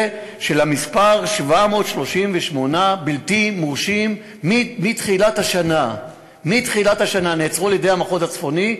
המספר 738 בלתי מורשים שנעצרו מתחילת השנה על-ידי המחוז הצפוני,